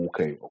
Okay